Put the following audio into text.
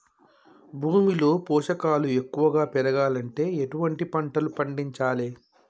భూమిలో పోషకాలు ఎక్కువగా పెరగాలంటే ఎటువంటి పంటలు పండించాలే?